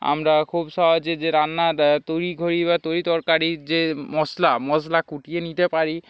আমরা খুব সহজে যে রান্নার তৈরি করি বা তরকারির যে মশলা মশলা কুটিয়ে নিতে পারি